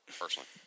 personally